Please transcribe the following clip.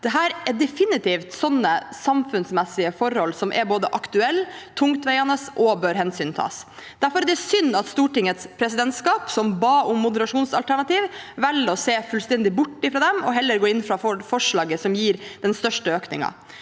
Dette er definitivt sånne samfunnsmessige forhold som er både aktuelle, tungtveiende og bør hensyntas. Derfor er det synd at Stortingets presidentskap, som ba om moderasjonsalternativ, velger å se fullstendig bort ifra dem og heller går inn for det forslaget som gir den største økningen.